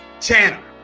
channel